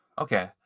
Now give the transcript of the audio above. Okay